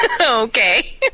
Okay